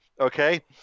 okay